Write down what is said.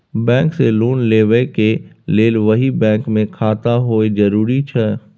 Bank से loan लेबै के लेल वही बैंक मे खाता होय जरुरी छै?